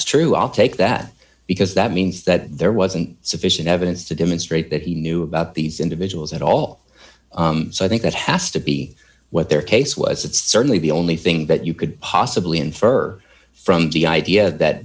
's true i'll take that because that means that there wasn't sufficient evidence to demonstrate that he knew about these individuals at all so i think that has to be what their case was it's certainly the only thing that you could possibly infer from the idea that